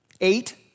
eight